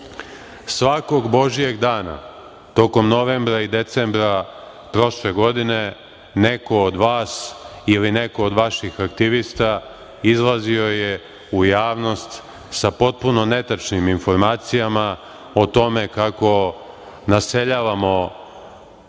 božijeg dana tokom novembra i decembra prošle godine neko od vas ili neko od vaših aktivista izlazio je u javnost sa potpuno netačnim informacijama o tome kako naseljavamo